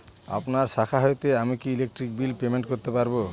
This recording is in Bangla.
আপনার শাখা হইতে আমি কি ইলেকট্রিক বিল পেমেন্ট করতে পারব?